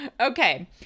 okay